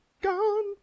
Gone